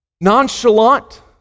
Nonchalant